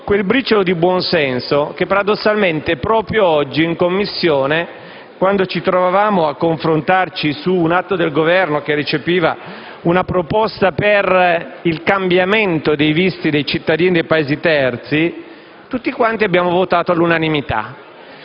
quel briciolo di buon senso che, paradossalmente, si è manifestato proprio oggi in Commissione, dove ci siamo trovati a confrontarci su un atto del Governo che recepiva una proposta per il cambiamento dei visti dei cittadini dei Paesi terzi e abbiamo votato all'unanimità.